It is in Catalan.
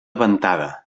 ventada